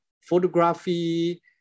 photography